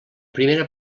primera